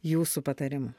jūsų patarimų